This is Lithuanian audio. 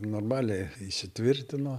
normaliai įsitvirtino